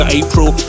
april